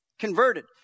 converted